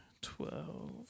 twelve